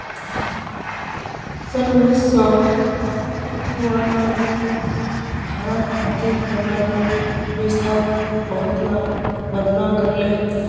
सन उन्नीस सौ एक्यानवेत भारत आर्थिक प्रणालीर व्यवस्थात बहुतला बदलाव कर ले